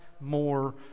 more